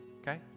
okay